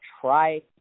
try